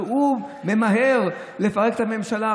והוא ממהר לפרק את הממשלה,